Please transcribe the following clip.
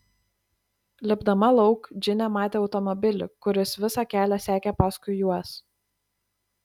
lipdama lauk džinė matė automobilį kuris visą kelią sekė paskui juos